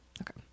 okay